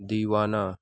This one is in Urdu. دیوانہ